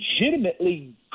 legitimately